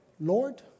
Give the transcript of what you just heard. Lord